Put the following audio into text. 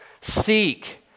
seek